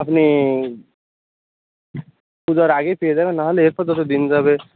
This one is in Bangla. আপনি পুজোর আগেই পেয়ে যাবেন নাহলে এরপর যতো দিন যাবে